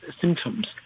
symptoms